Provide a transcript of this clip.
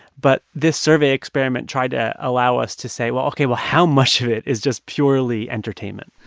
but this survey experiment tried to allow us to say, well, ok, well, how much of it is just purely entertainment?